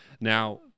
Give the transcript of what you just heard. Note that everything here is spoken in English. Now